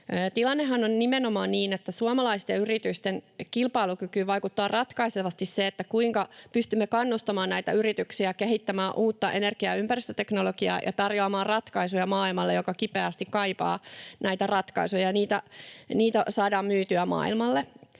Tilannehan on nimenomaan niin, että suomalaisten yritysten kilpailukykyyn vaikuttaa ratkaisevasti se, kuinka pystymme kannustamaan yrityksiä kehittämään uutta energia‑ ja ympäristöteknologiaa ja tarjoamaan ratkaisuja maailmalle, joka kipeästi kaipaa näitä ratkaisuja, ja kuinka niitä saadaan myytyä maailmalle.